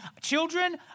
Children